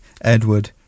Edward